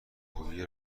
رکگویی